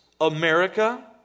America